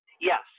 Yes